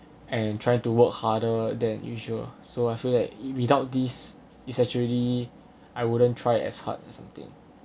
and try to work harder than usual so I feel that it without this is actually I wouldn't try as hard or something